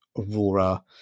Aurora